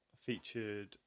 Featured